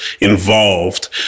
involved